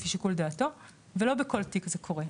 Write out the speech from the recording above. לפי שיקול דעתו ולא בכל תיק זה קורה,